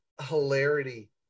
hilarity